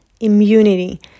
immunity